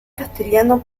castellano